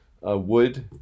Wood